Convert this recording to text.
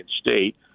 State